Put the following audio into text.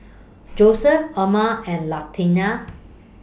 Joeseph Erma and Latanya